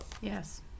Yes